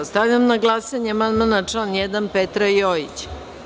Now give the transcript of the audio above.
Stavljam na glasanje amandman na član 1. Petra Jojića.